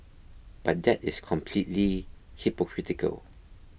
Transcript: but that is completely hypocritical